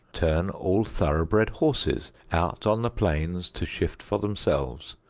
turn all thoroughbred horses out on the plains to shift for themselves,